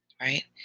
right